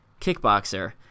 kickboxer